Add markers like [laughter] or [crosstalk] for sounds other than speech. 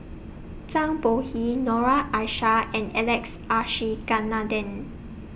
Zhang Bohe Noor Aishah and Alex [unintelligible]